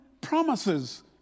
promises